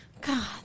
God